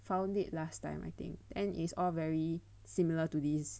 found it last time I think and it's all very similar to this